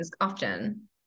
often